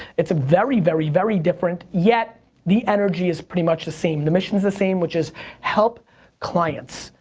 it's a very very very different, yet the energy is pretty much the same. the mission's the same, which is help clients.